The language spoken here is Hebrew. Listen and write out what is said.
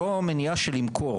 אותה מניעה של למכור.